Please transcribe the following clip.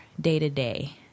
day-to-day